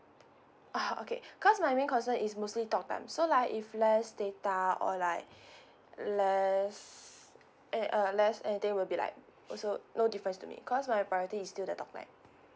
ah okay cause my main concern is mostly talk time so like if less data or like less eh err less anything will be like also no difference to me because my priority is still the talk time